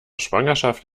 schwangerschaft